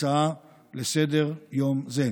בהצעה לסדר-יום הזו.